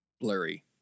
blurry